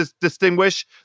distinguish